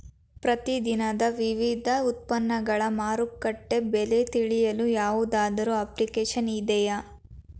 ಪ್ರತಿ ದಿನದ ವಿವಿಧ ಉತ್ಪನ್ನಗಳ ಮಾರುಕಟ್ಟೆ ಬೆಲೆ ತಿಳಿಯಲು ಯಾವುದಾದರು ಅಪ್ಲಿಕೇಶನ್ ಇದೆಯೇ?